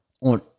On